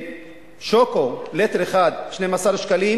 שוקו, ליטר אחד, 12 שקלים